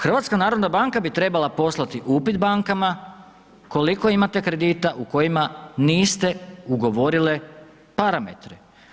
HNB bi trebala poslati upit bankama, koliko imate kredita u kojima niste ugovorile parametre.